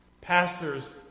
Pastors